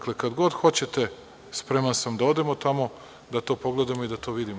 Kad god hoćete spreman sam da odemo tamo da to pogledamo i to vidimo.